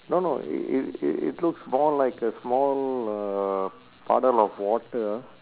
no no it it it it looks more like a small uh puddle of water